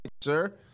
Sir